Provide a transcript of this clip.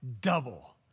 double